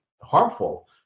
harmful